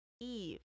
Eve